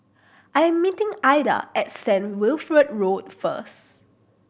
I am meeting Aida at Saint Wilfred Road first